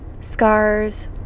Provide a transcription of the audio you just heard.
scars